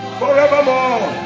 forevermore